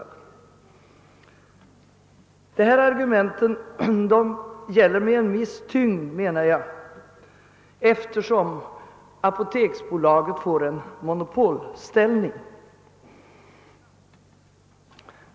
Jag menar att dessa argument gäller med en viss tyngd eftersom apoteksbolaget får en monopolställning.